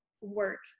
work